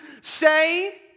say